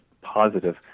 positive